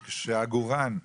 שכשעגורן,